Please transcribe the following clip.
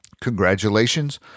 Congratulations